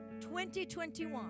2021